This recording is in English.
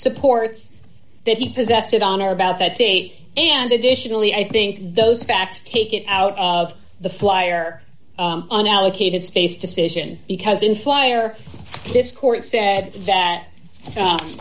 supports that he possessed it on or about that date and additionally i think those facts take it out of the flyer unallocated space decision because in flyer this court said that